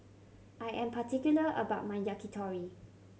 I am particular about my Yakitori